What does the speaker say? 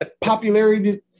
popularity